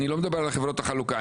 אני לא מדבר על חברות החלוקה,